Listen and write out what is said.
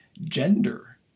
gender